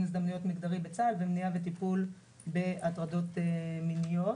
הזדמנויות מגדרי בצה"ל ומניעה וטיפול בהטרדות מיניות.